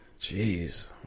Jeez